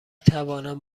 توانم